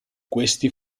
questi